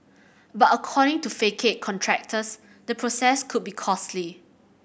but according to facade contractors the process could be costly